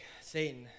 Satan